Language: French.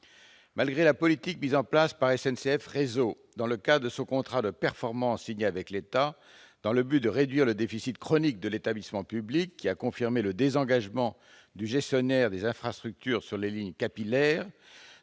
Malgré la politique mise en place par SNCF Réseau, dans le cadre de son contrat de performance signé avec l'État, afin de réduire le déficit chronique de l'établissement public, qui a confirmé le désengagement du gestionnaire des infrastructures sur les lignes capillaires